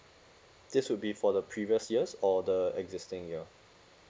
this would be for the previous years or the existing year